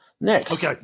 Next